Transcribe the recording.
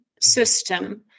system